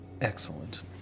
Excellent